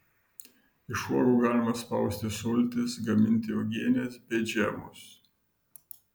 iš uogų galima spausti sultis gaminti uogienes bei džemus